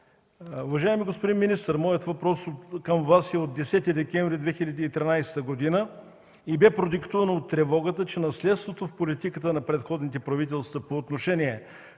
Уважаеми господин министър, моят въпрос към Вас е от 10 декември 2013 г. и бе продиктуван от тревогата, че наследството в политиката на предходните правителства по отношение